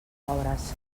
pobres